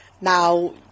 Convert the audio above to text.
Now